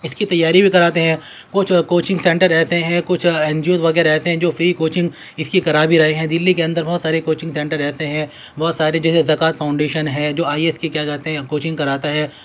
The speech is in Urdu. اس کی تیاری بھی کراتے ہیں کچھ کوچنگ سینٹر ایسے ہیں کچھ این جی اوز وغیرہ ایسے ہیں جو فری کوچنگ اس کی کرا بھی رہی ہے دلی کے اندر بہت سارے کوچنگ سینٹر ایسے ہیں بہت سارے جیسے زکات فاؤنڈیشن ہے جو آئی اے ایس کیا کہتے ہیں کوچنگ کراتا ہے